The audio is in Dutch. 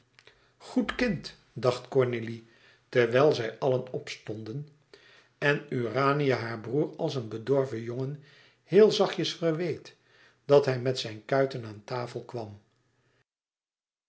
goed kind dacht cornélie terwijl zij allen opstonden en urania haar broêr als een bedorven jongen heel zachtjes verweet dat hij met zijn kuiten aan tafel kwam